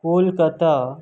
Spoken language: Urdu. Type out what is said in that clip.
کولکتہ